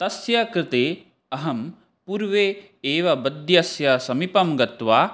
तस्य कृते अहं पूर्वे एव वैद्यस्य समीपं गत्वा